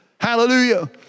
Hallelujah